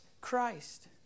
Christ